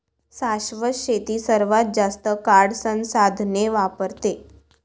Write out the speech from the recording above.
शाश्वत शेती सर्वात जास्त काळ संसाधने वापरते